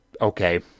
Okay